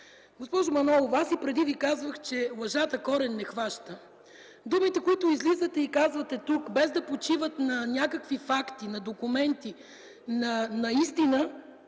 Госпожо Манолова, аз и преди Ви казвах, че „Лъжата корен не хваща!”. Думите, които излизате и казвате тук, без да почиват на някакви факти, на документи, наистина